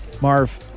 Marv